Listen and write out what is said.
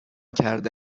کرده